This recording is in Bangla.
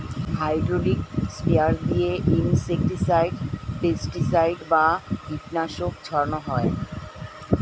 হাইড্রোলিক স্প্রেয়ার দিয়ে ইনসেক্টিসাইড, পেস্টিসাইড বা কীটনাশক ছড়ান হয়